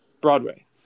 Broadway